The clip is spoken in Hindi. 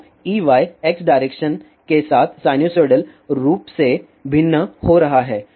तो Ey x डायरेक्शन के साथ साइनसोइड रूप से भिन्न हो रहा है